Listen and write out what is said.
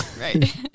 Right